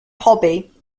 hobby